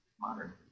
modern